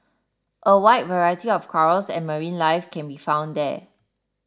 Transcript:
a wide variety of corals and marine life can be found there